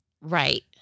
right